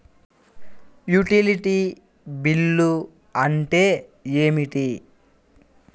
Utility bill అంటే ఏమిటి?